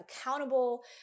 accountable